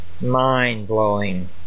mind-blowing